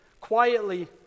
quietly